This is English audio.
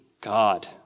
God